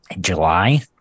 July